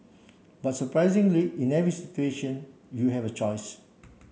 but surprisingly in every situation you have a choice